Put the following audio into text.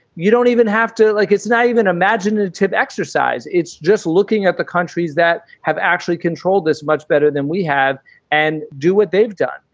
you don't even have to like it's not even imaginative exercise. it's just looking at the countries that have actually controlled this much better than we have and do what they've done.